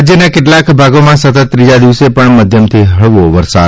રાજ્યના કેટલાંક ભાગોમાં સતત ત્રીજા દિવસે પણ મધ્યમથી હળવો વરસાદ